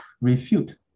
refute